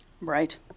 Right